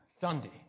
Sunday